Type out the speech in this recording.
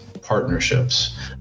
partnerships